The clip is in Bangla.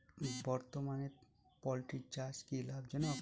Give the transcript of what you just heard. বর্তমানে পোলট্রি চাষ কি লাভজনক?